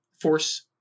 force